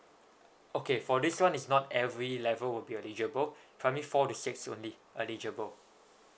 okay for this one is not every level will be eligible primary four to six only eligible